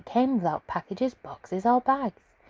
came without packages, boxes, or bags!